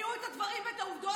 שהביאו את הדברים ואת העובדות,